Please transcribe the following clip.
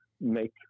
make